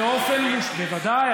בוודאי.